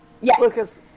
Yes